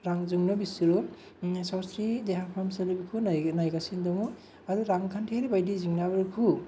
रांजोंनो बिसोरो सावस्रि देहा फाहामसालिफोरखौ नायगासिनो दङ आरो रां खान्थि बायदि जेंनाफोरखौ